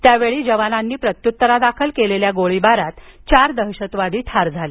त्यावेळी जवानांनी प्रत्युत्तरादाखल केलेल्या गोळीबारात चार दहशतवादी ठार झाले